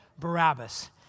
Barabbas